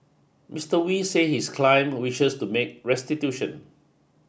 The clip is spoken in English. Mister Wee said his client wishes to make restitution